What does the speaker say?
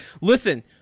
Listen